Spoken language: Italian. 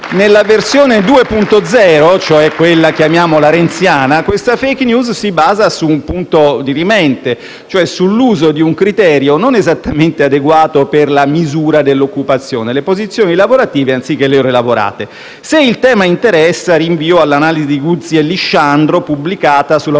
Nella versione 2.0, cioè quella che chiamiamo la versione renziana, questa *fake news* si basa su un punto dirimente, cioè sull'uso di un criterio non esattamente adeguato per la misura dell'occupazione: le posizioni lavorative anziché le ore lavorate. Se il tema interessa, rinvio all'analisi di Guzzi e Lisciandro pubblicata su